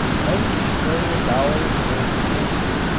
nineteen million dollars worth annually.